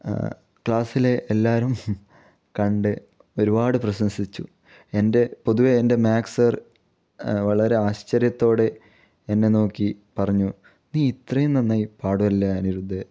ക്ലാസിലെ എല്ലാവരും കണ്ട് ഒരുപാട് പ്രശംസിച്ചു എൻ്റെ പൊതുവേ എൻ്റെ മാത്സ് സാർ വളരെ ആശ്ചര്യത്തോടെ എന്നെ നോക്കി പറഞ്ഞു നീ ഇത്രയും നന്നായി പാടുമല്ലേ അനിരുദ്ധേ